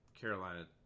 Carolina